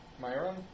Myron